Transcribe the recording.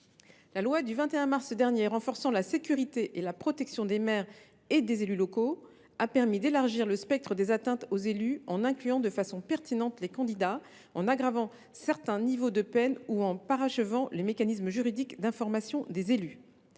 La loi du 21 mars dernier renforçant la sécurité et la protection des maires et des élus locaux a permis d’élargir le spectre des atteintes aux élus, en y incluant de façon pertinente les candidats aux élections, en aggravant certains niveaux de peine ou en parachevant les mécanismes juridiques d’information des élus.